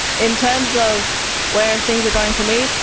in terms of where things are going for me.